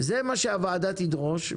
זה מה שהוועדה תדרוש,